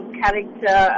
character